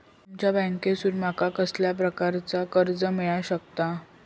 तुमच्या बँकेसून माका कसल्या प्रकारचा कर्ज मिला शकता?